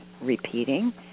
repeating